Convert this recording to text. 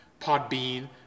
Podbean